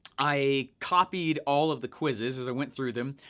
i copied all of the quizzes as i went through them,